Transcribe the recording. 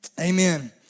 Amen